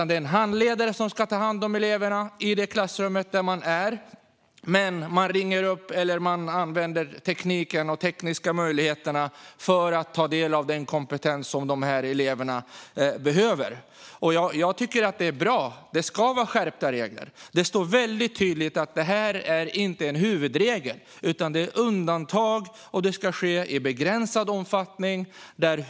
Det är en handledare som ska ta hand om eleverna i det klassrum där de är, men man ringer upp eller använder tekniken och de tekniska möjligheterna för att ta del av den kompetens som dessa elever behöver. Jag tycker att det här är bra. Det ska vara skärpta regler. Det står väldigt tydligt att det här inte är en huvudregel utan undantag och att det ska ske i begränsad omfattning.